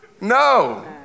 No